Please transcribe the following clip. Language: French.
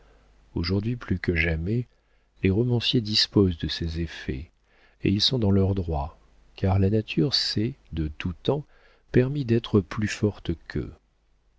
aujourd'hui plus que jamais les romanciers disposent de ces effets et ils sont dans leur droit car la nature s'est de tout temps permis d'être plus forte qu'eux